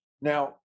Now